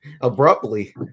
abruptly